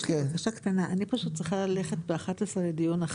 יש לי בקשה קטנה: אני פשוט צריכה ללכת ב-11 לדיון אחר.